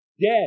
dead